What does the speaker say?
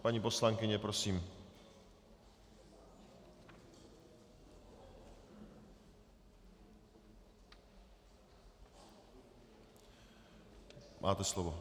Paní poslankyně, prosím, máte slovo.